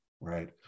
right